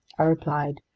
i replied,